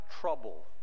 trouble